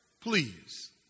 please